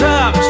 up